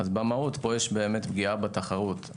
במהות פה יש פגיעה בתחרות.